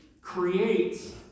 creates